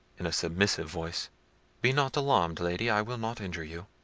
in a submissive voice be not alarmed, lady i will not injure you.